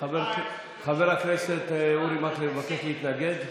חבר הכנסת אורי מקלב מבקש להתנגד.